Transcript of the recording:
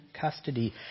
custody